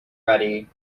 ready